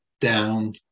down